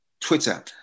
twitter